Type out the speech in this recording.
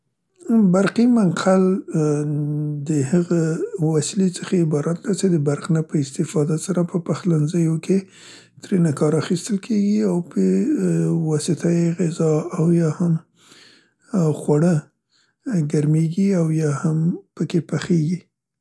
برقي منقل د هغه وسیلې څخه عبارت دی څه د برق نه په استفاده سره په پخلنځيو کې ترینه کار اخیستل کیګي او پې واسطه یې هم غذا او یا هم خواړه ګرمیګي او یا هم په کې پخیګي.